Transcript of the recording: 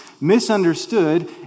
misunderstood